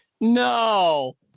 No